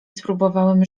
spróbowałem